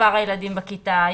מספר הילדים בכיתה,